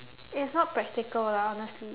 it's not practical lah honestly